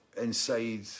inside